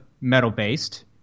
metal-based